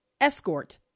escort